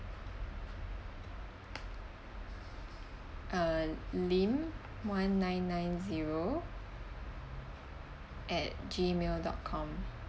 uh lim one nine nine zero at gmail dot com